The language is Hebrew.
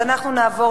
אנחנו נעבור